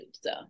So-